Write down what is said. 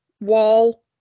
wall